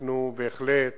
אנחנו בהחלט